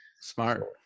Smart